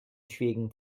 schwierigen